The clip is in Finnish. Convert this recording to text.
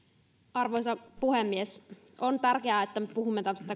arvoisa puhemies on tärkeää että me puhumme